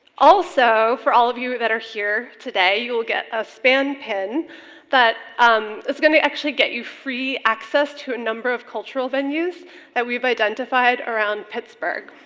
also, for all of you that are here today, you will get a span pin um that's gonna actually get you free access to a number of cultural venues that we've identified around pittsburgh.